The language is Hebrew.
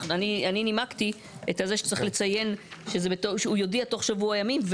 אני נימקתי את זה שצריך לציין שהוא יודיע תוך שבוע ימים,